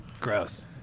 Gross